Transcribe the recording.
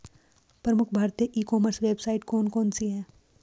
प्रमुख भारतीय e commerce website कौन कौन सी हैं?